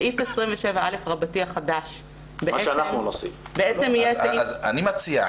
סעיף 27א רבתי החדש --- מה שאנחנו נוסיף --- אז אני מציע,